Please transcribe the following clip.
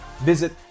Visit